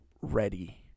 ready